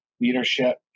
leadership